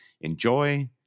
Enjoy